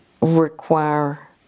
require